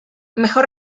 mejor